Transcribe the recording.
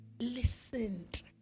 listened